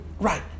Right